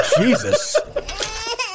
Jesus